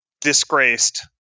disgraced